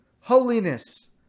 holiness